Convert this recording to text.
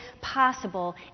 possible